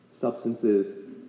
Substances